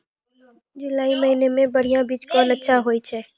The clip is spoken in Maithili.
जुलाई महीने मे बढ़िया बीज कौन अच्छा होय छै?